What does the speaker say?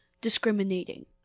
discriminating